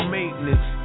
maintenance